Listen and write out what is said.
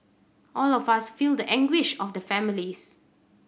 all of us feel the anguish of the families